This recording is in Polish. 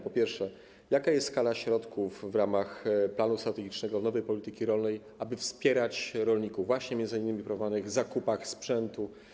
Po pierwsze, jaka jest skala środków w ramach planu strategicznego nowej polityki rolnej, aby wspierać rolników m.in. w proponowanych zakupach sprzętu?